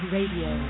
Radio